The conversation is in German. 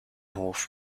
hof